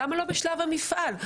למה לא בשלב המפעל?